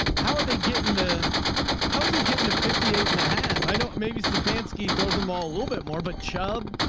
how are they getting to know how is he getting a fifty eight and a half? i know maybe it's the fan ski throws them all a little bit more, but chubb,